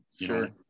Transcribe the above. sure